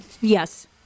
Yes